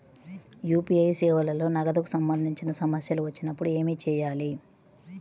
UPI సేవలలో నగదుకు సంబంధించిన సమస్యలు వచ్చినప్పుడు ఏమి చేయాలి?